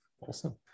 awesome